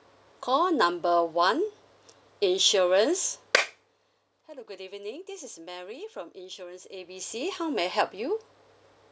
call number one insurance hello good evening this is mary from insurance A B C how may I help you